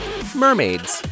Mermaids